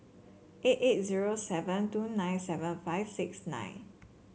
eight eight zero seven two nine seven five six nine